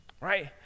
right